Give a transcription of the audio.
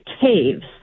caves